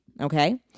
okay